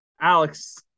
Alex